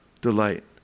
delight